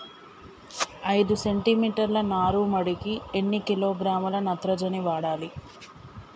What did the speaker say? ఐదు సెంటి మీటర్ల నారుమడికి ఎన్ని కిలోగ్రాముల నత్రజని వాడాలి?